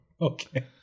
Okay